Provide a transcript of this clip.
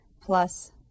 plus